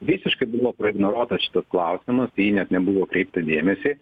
visiškai buvo praignoruotas šitas klausimas tai į jį net nebuvo kreipta dėmesį